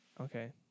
okay